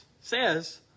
says